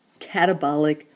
catabolic